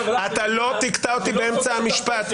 --- אתה לא תקטע אותי באמצע המשפט.